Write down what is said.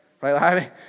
right